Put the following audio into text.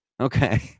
Okay